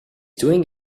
doing